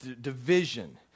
division